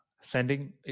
Sending